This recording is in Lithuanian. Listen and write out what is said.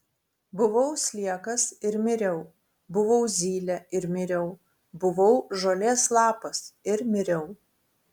buvau sliekas ir miriau buvau zylė ir miriau buvau žolės lapas ir miriau